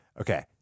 Okay